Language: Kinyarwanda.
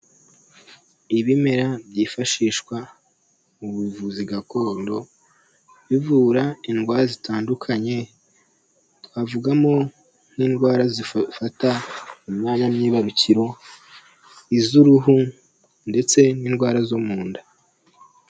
Ibimera byifashishwa mu buvuzi gakondo, bivura indwara zitandukanye. Twavugamo nk'indwara zifata imyanya myibarukiro, iz'uruhu ndetse n'indwara zo mu nda.